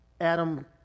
Adam